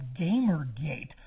Gamergate